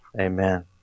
Amen